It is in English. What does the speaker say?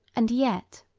and yet,